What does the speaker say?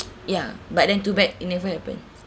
ya but then too bad it never happens